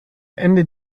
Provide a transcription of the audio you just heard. ende